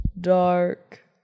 dark